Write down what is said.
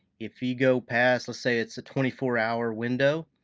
if you go past, let's say it's a twenty four hour window,